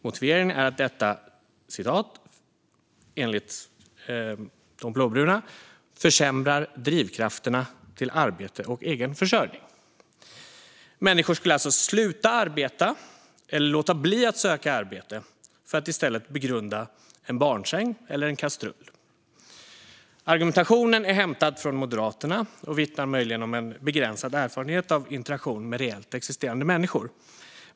Motiveringen till avskaffandet är att detta enligt de blåbruna försämrar drivkrafterna till arbete och egen försörjning. Människor skulle alltså sluta arbeta eller låta bli att söka arbete för att i stället begrunda en barnsäng eller en kastrull. Argumentationen är hämtad från Moderaterna och vittnar möjligen om en begränsad erfarenhet av interaktion med reellt existerande människor.